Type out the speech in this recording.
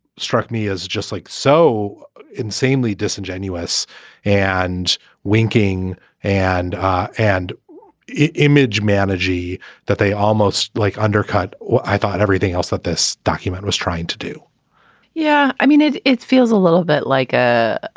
struck me as just like so insanely disingenuous and winking and ah and image manji that they almost like undercut what i thought everything else that this document was trying to do yeah. i mean it it feels a little bit like a